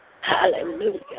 hallelujah